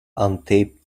untaped